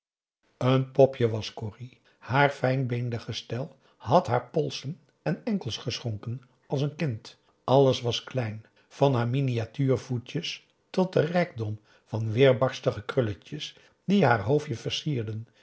een popje was corrie haar fijn beenderengestel had haar polsen en enkels geschonken als een kind alles was klein van haar miniatuur voetjes tot den rijkdom van weerbarstige krulletjes die haar hoofdje versierden